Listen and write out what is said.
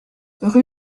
rue